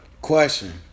question